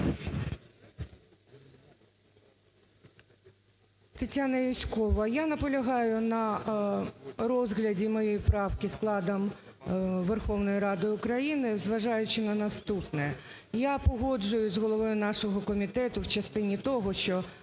Тетяна Юзькова. Я наполягаю на розгляді моєї правки складом Верховної Ради, зважаючи на наступне. Я погоджуюсь з головою нашого комітету в частині того, що